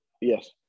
Yes